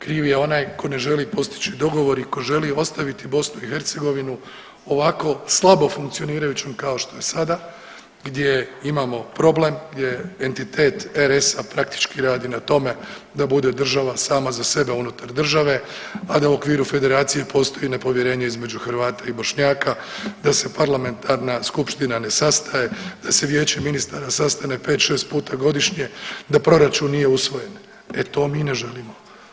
Kriv je onaj ko ne želi postići dogovor i ko želi ostaviti BiH ovako slabo funkcionirajućom kao što je sada gdje imamo problem, gdje entitet RS-a praktički radi na tome da bude država sama za sebe unutar države, a da u okviru Federacije postoji nepovjerenje između Hrvata i Bošnjaka, da se parlamentarna skupština ne sastaje, da se Vijeće ministara sastane pet, šest puta godišnje, da proračun nije usvoje e to mi ne želimo.